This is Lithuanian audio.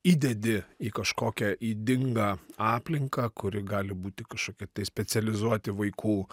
įdedi į kažkokią ydingą aplinką kuri gali būti kažkokie tai specializuoti vaikų